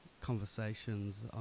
conversations